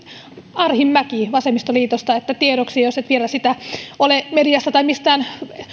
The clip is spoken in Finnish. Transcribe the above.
arhinmäki vasemmistoliitosta tiedoksi jos et vielä sitä ole mediasta tai mistään